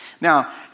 Now